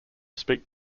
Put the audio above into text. speak